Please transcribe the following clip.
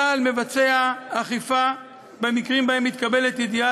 צה"ל מבצע אכיפה במקרים שבהם מתקבלת ידיעה